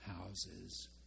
houses